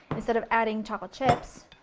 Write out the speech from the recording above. instead of adding chocolate chips,